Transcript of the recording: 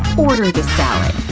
order the salad!